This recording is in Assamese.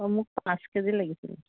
অঁ মোক পাঁচ কেজি লাগিছিলে